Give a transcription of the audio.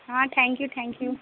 ہاں thank you thank you